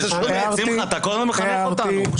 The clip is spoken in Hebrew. שמחה, אתה כל הזמן מחנך אותנו.